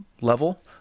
level